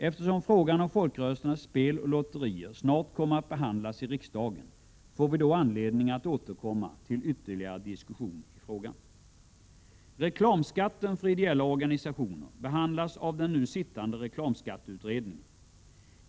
Eftersom frågan om folkrörelsernas spel och lotterier snart kommer att behandlas i riksdagen, får vi anledning att då återkomma till ytterligare diskussion i frågan. Reklamskatten för ideella organisationer behandlas av den nu sittande reklamskatteutredningen.